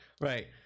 right